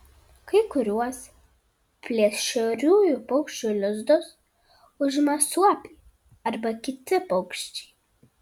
kai kuriuos plėšriųjų paukščių lizdus užima suopiai arba kiti paukščiai